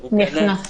הוא נכנס